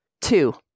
two